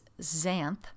xanth